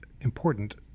important